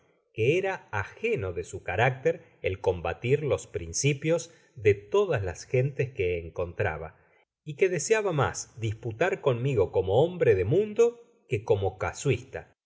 que era ageno de su carácter el combatir los principios de todas las gentes que encontraba y que deseaba mas disputar conmigo como hombre de mundo que como casuista